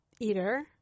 eater